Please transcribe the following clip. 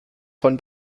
von